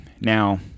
Now